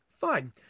fine